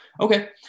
Okay